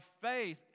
faith